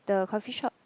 the coffee shop